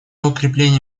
укрепления